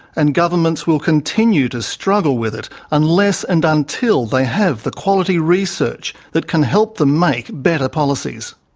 and governments will continue to struggle with it unless and until they have the quality research that can help them make better policies.